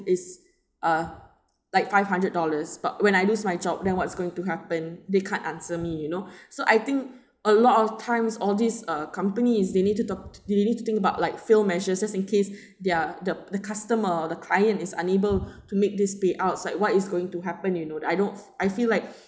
is uh like five hundred dollars but when I lose my job then what's going to happen they can't answer me you know so I think a lot of times all these uh company is they need to do talk they need to think about like fail measures just in case their the the customer the client is unable to make these payouts like what is going to happen you know I don't I feel like